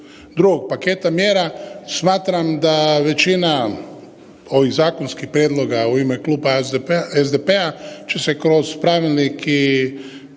drugog paketa mjera smatram da većina ovih zakonskih prijedloga u ime Kluba SDP-a će se kroz pravilnik